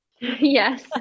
Yes